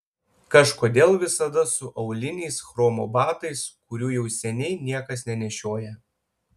kažkodėl visada su auliniais chromo batais kurių jau seniai niekas nenešioja